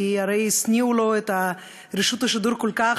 כי הרי השניאו עליו את רשות השידור כל כך,